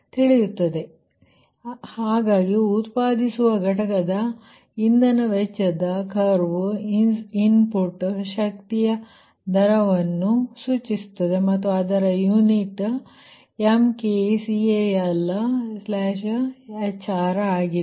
ಆದ್ದರಿಂದ ಉತ್ಪಾದಿಸುವ ಘಟಕದ ಇಂಧನ ವೆಚ್ಚದ ಕರ್ವ್ ಇನ್ಪುಟ್ ಶಕ್ತಿಯ ದರವನ್ನು Fi ಸೂಚಿಸುತ್ತದೆ ಮತ್ತು ಅದರ ಯೂನಿಟ್ MKcalhr ಆಗಿದೆ